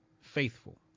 faithful